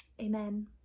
Amen